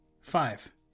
five